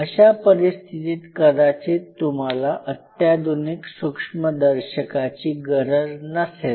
अशा परिस्थितीत कदाचित तुम्हाला अत्याधुनिक सूक्ष्मदर्शकाची गरज नसेल